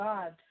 God